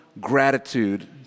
gratitude